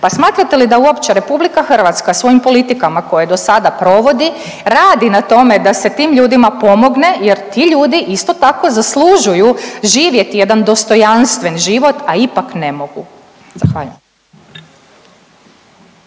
Pa smatrate li da uopće RH svojim politikama koje do sada provodi radi na tome da se tim ljudima pomogne jer ti ljudi isto tako zaslužuju živjeti jedan dostojanstven život, a ipak ne mogu? Zahvaljujem.